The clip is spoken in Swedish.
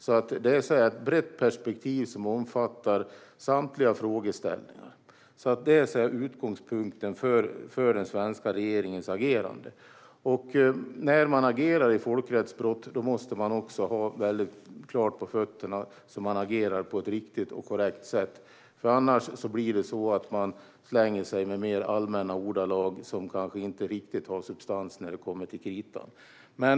Det är alltså ett brett perspektiv som omfattar samtliga frågeställningar, och detta är utgångspunkten för den svenska regeringens agerande. När man agerar i folkrättsbrott måste man också ha väldigt torrt på fötterna så att man agerar på ett riktigt och korrekt sätt, annars blir det så att man slänger sig med mer allmänna ordalag som kanske inte riktigt har substans när det kommer till kritan.